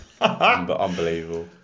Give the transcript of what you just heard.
unbelievable